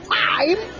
time